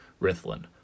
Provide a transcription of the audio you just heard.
Rithlin